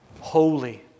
holy